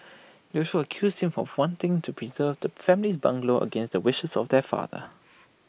they also accused him for wanting to preserve the family's bungalow against the wishes of their father